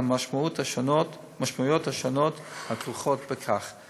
על המשמעויות השונות הכרוכות בכך.